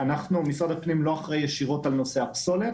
משרד הפנים לא אחראי ישירות על נושא הפסולת,